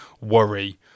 worry